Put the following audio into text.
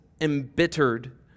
embittered